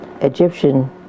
Egyptian